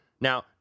Now